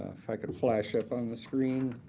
ah if i could flash up on the screen.